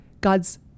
God's